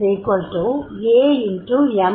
And what is O